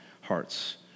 hearts